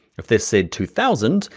if this said two thousand,